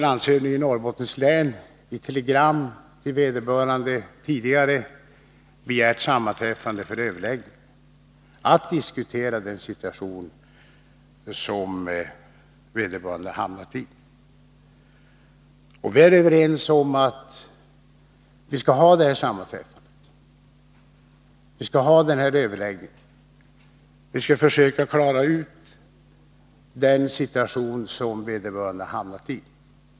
Landshövdingen i Norrbottens län har i telegram till vederbörande tidigare begärt sammanträffande för överläggning i syfte att diskutera den situation som vederbörande hamnat i. Vi är överens om att vi skall ha detta sammanträffande, denna överläggning. Vi skall försöka klara ut den situation som vederbörande hamnat i.